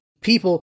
people